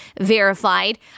verified